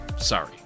Sorry